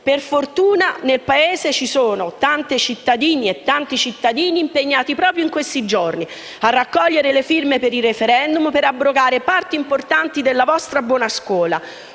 Per fortuna nel Paese ci sono tante cittadine e tanti cittadini impegnati proprio in questi giorni a raccogliere le firme per i *referendum* per abrogare parti importanti della vostra «buona scuola»;